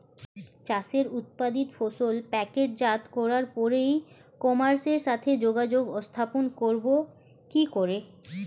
চাষের উৎপাদিত ফসল প্যাকেটজাত করার পরে ই কমার্সের সাথে যোগাযোগ স্থাপন করব কি করে?